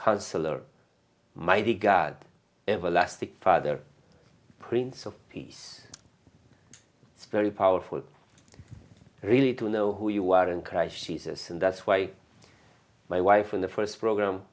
counselor mighty god everlasting father prince of peace it's very powerful really to know who you are in christ jesus and that's why my wife in the first program